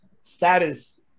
status